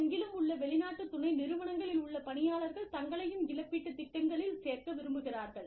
உலகெங்கிலும் உள்ள வெளிநாட்டு துணை நிறுவனங்களில் உள்ள பணியாளர்கள் தங்களையும் இழப்பீட்டுத் திட்டங்களில்ச் சேர்க்க விரும்புகிறார்கள்